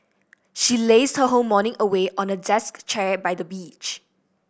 she lazed her whole morning away on a desk chair by the beach